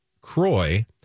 Croy